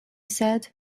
said